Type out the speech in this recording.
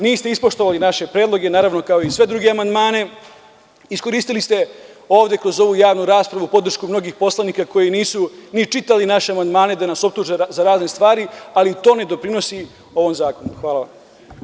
Niste ispoštovali naše predloge, naravno, kao i sve druge amandmane, iskoristili ste ovde kroz ovu javnu raspravu podršku mnogih poslanika koji nisu ni čitali naše amandmane da nas optuže za razne stvari, ali to ne doprinosi ovom zakonu.